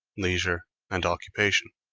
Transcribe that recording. leisure and occupation.